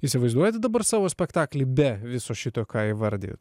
įsivaizduojate dabar savo spektaklį be viso šito ką įvardijot